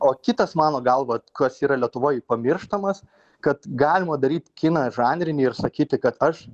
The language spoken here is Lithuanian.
o kitas mano galva kas yra lietuvoj pamirštamas kad galima daryt kiną žanrinį ir sakyti kad aš